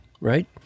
right